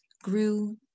grew